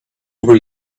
over